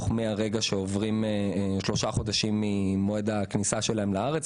מהרגע שעוברים שלושה חודשים ממועד הכניסה שלהם לארץ.